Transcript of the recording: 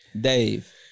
Dave